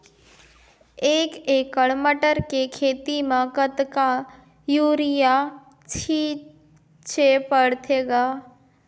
एक एकड़ मटर के खेती म कतका युरिया छीचे पढ़थे ग?